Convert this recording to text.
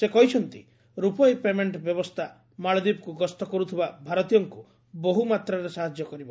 ସେ କହିଛନ୍ତି ରୁପେ ପେମେଣ୍ଟ ବ୍ୟବସ୍ଥା ମାଳଦୀପକୁ ଗସ୍ତ କରୁଥିବା ଭାରତୀୟଙ୍କୁ ବହୁ ମାତ୍ରାରେ ସାହାଯ୍ୟ କରିବ